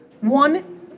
One